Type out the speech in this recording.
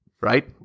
Right